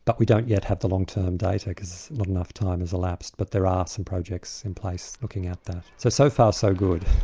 but we don't yet have the long term data cause there's not enough time has elapsed but there are some projects in place looking at that. so, so far, so good.